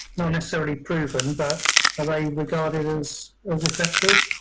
not necessarily proven but are they regarded as as effective.